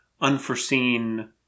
unforeseen